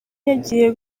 yagiye